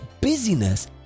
busyness